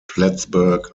plattsburgh